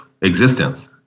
existence